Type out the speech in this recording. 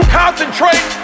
concentrate